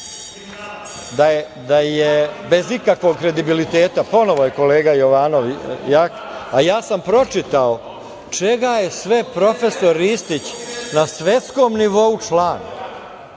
da je bez ikakvog kredibiliteta. Ponovo je kolega Jovanov, a ja sam pročitao čega je sve profesor Ristić, na svetskom nivou član.